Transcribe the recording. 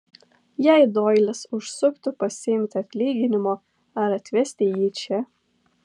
jei doilis užsuktų pasiimti atlyginimo ar atvesti jį čia